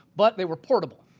but they were portable.